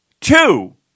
two